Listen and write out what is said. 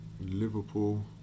Liverpool